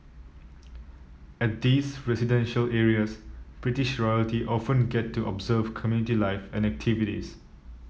at these residential areas British royalty often get to observe community life and activities